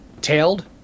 tailed